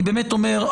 אני באמת אומר,